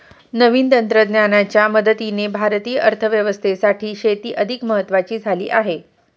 नवीन तंत्रज्ञानाच्या मदतीने भारतीय अर्थव्यवस्थेसाठी शेती अधिक महत्वाची झाली आहे